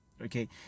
Okay